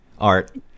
art